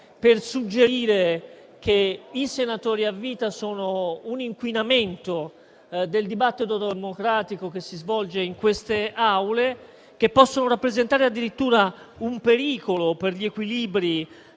per suggerire che i senatori a vita sono un inquinamento del dibattito democratico che si svolge in queste Aule, che possono rappresentare addirittura un pericolo per gli equilibri